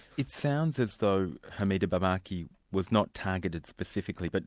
it sounds as though hamida barmaki was not targeted specifically, but